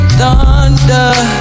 thunder